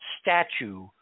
statue